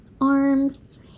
arms